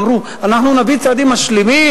אמרו: אנחנו נביא צעדים משלימים,